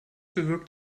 bewirkt